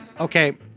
Okay